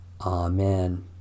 Amen